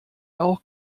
auch